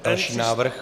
Další návrh?